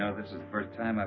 you know this is the first time